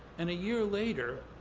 and a year later,